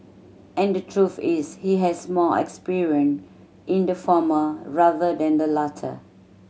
and the truth is he has more experience in the former rather than the latter